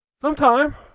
Sometime